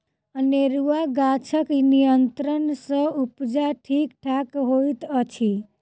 अनेरूआ गाछक नियंत्रण सँ उपजा ठीक ठाक होइत अछि